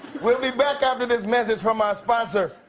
we'll be back after this message from our sponsor,